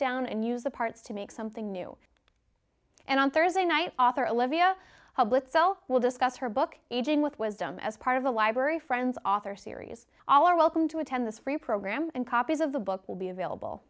down and use the parts to make something new and on thursday night author olivia will discuss her book aging with wisdom as part of the library friends author series all are welcome to attend this free program and copies of the book will be available